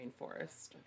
rainforest